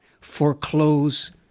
foreclose